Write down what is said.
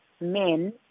men